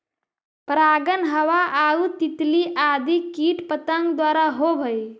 परागण हवा आउ तितली आदि कीट पतंग द्वारा होवऽ हइ